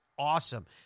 Awesome